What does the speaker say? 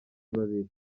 babiri